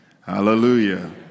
hallelujah